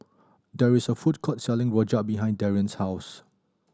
there is a food court selling rojak behind Darien's house